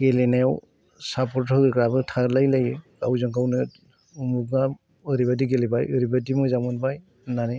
गेलेनायाव सापर्ट होग्राबो थालाय लायो गावजों गाव नो उमुगा ओरैबायदि गेलेबाय ओरैबायदि मोजां मोनबाय होननानै